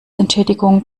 entschädigung